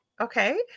Okay